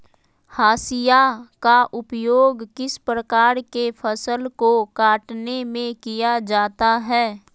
हाशिया का उपयोग किस प्रकार के फसल को कटने में किया जाता है?